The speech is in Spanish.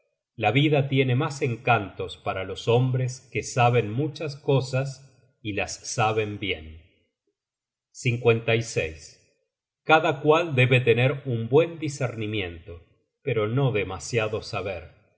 la vida tiene mas encantos para los hombres que saben mur chas cosas y las saben bien cada cual debe tener un buen discernimiento pero no demasiado saber